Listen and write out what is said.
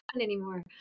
anymore